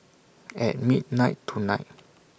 At midnight tonight